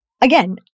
again